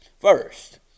first